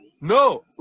no